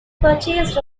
purchased